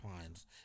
pines